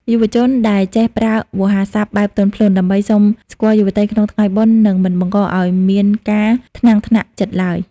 យុវជនដែលចេះ "ប្រើវោហារស័ព្ទបែបទន់ភ្លន់" ដើម្បីសុំស្គាល់យុវតីក្នុងថ្ងៃបុណ្យ នឹងមិនបង្កឱ្យមានការថ្នាំងថ្នាក់ចិត្តឡើយ។